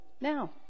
now